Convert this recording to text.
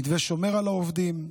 המתווה שומר על העובדים,